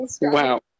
Wow